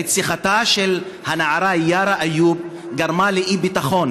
רציחתה של הנערה יארא איוב גרמה לאי-ביטחון